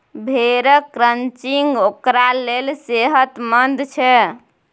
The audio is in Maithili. भेड़क क्रचिंग ओकरा लेल सेहतमंद छै